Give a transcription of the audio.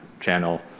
channel